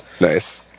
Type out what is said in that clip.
Nice